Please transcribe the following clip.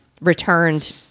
returned